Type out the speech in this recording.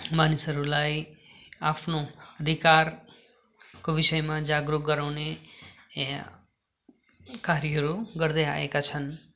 मानिसहरूलाई आफ्नो अधिकारको विषयमा जागरूक गराउने कार्यहरू गर्दैआएका छन्